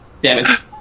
damage